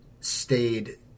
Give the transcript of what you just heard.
stayed